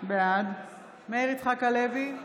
בעד מאיר יצחק הלוי,